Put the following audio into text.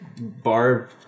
Barb